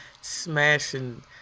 smashing